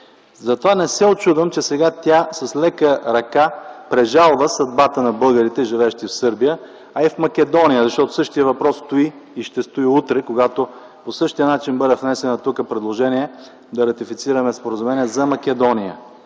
Затова не се учудвам, че сега тя с лека ръка прежалва съдбата на българите, живеещи в Сърбия, а и в Македония, защото същият въпрос стои и ще стои утре, когато по същия начин тук бъде внесено предложение да ратифицираме споразумение за Македония.